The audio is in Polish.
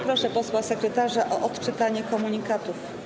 Proszę posła sekretarza o odczytanie komunikatów.